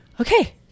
okay